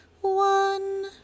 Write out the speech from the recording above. one